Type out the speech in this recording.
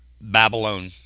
Babylon